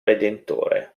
redentore